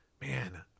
man